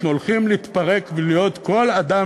אנחנו הולכים להתפרק ולהיות כל אדם